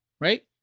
right